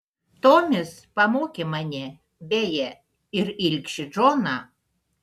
tomis pamokė mane beje ir ilgšį džoną